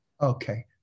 Okay